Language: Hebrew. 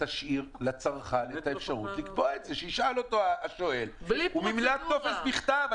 שישאל אותו השואל אם הוא מילא טופס בכתב.